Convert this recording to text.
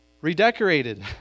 redecorated